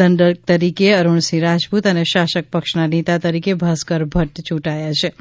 દંડક તરીકે અરુણસિંહ રાજપૂત અને શાસક પક્ષના નેતા તરીકે ભાસ્કર ભદ્દ ચૂંટાયા હો